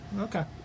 Okay